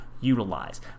utilize